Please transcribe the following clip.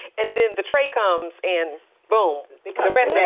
and then the tray comes and boom, the rest yeah